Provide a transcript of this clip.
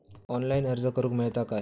Online अर्ज करूक मेलता काय?